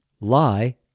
Lie